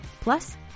Plus